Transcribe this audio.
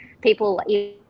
people